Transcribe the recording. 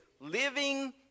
living